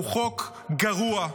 הוא חוק גרוע,